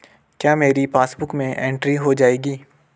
क्या मेरी पासबुक में एंट्री हो जाएगी?